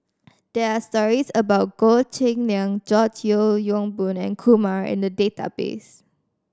there are stories about Goh Cheng Liang George Yeo Yong Boon and Kumar in the database